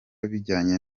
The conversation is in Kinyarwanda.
bijyanye